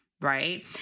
right